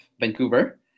Vancouver